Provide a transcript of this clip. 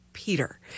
Peter